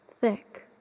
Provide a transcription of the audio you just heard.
thick